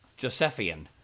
Josephian